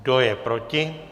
Kdo je proti?